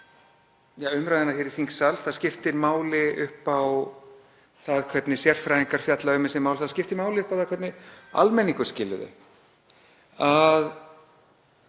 á umræðuna hér í þingsal, það skiptir máli upp á það hvernig sérfræðingar fjalla um þessi mál, það skiptir máli upp á það hvernig almenningur skilur þau,